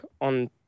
on